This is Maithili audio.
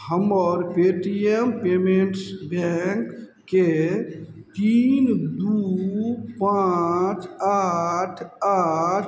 हमर पे टी एम पेमेंट्स बैंकके तीन दू पॉँच आठ आठ